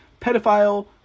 pedophile